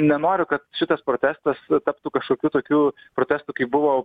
nenoriu kad šitas protestas taptų kažkokiu tokiu protestu kai buvo